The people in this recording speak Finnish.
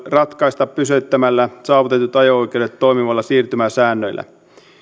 ratkaista pysyttämällä saavutetut ajo oikeudet toimivilla siirtymäsäännöillä